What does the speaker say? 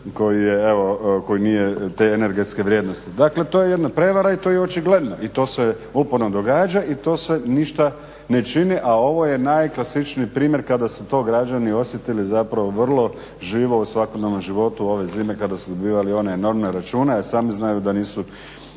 koji nije te energetske vrijednosti. Dakle to je jedna prevara i to je očigledno i to se uporno događa i to se ništa ne čini, a ovo je najklasičniji primjer kada su to građani osjetili zapravo vrlo živo u svakodnevnom životu ove zime kada su dobivali one enormne račune, a sami znaju da nisu